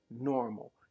normal